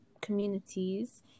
communities